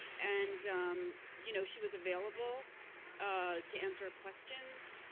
and um you know she was available ah to answer our questions